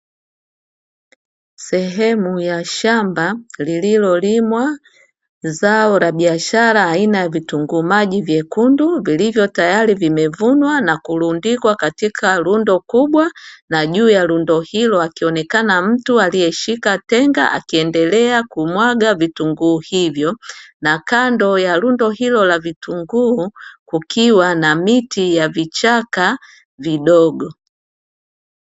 Sehemu ya shamba lililolimwa zao la biashara aina ya vitunguu maji vyekundu, vilivyo tayari vimevunwa na kulundikwa katika lundo kubwa na juu ya lundo hilo akionekana mtu aliyeshika tenga akiendelea kumwaga vitunguu hivyo, na kando ya lundo hilo la vitunguu kukiwa na miti ya vichaka vidogo.